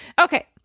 Okay